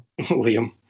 Liam